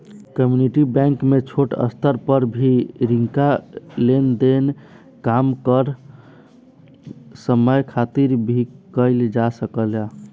community bank में छोट स्तर पर भी रिंका लेन देन कम समय खातिर भी कईल जा सकेला